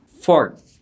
Fourth